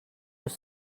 los